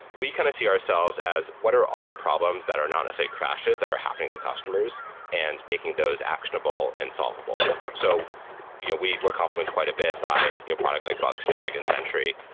we kind of see ourselves as what are all the problems that are not, say, crashes that are happening to customers and making those actionable and solvable. so yeah we were complimented quite a bit by you know products like bugsnag and sentry,